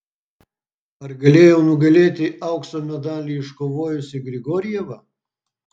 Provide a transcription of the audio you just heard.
ar galėjau nugalėti aukso medalį iškovojusį grigorjevą